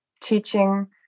teaching